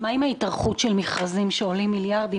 מה עם ההתארכות של מכרזים שעולים מיליארדים?